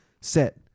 set